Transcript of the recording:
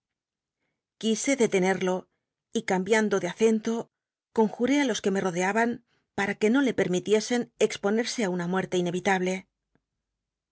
quise detenel'lo y ca mbiando de acento conjuré fa los que me todeaban para que no le permitiesen exponerse fa una muerte inevitable